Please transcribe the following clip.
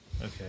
Okay